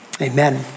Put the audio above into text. amen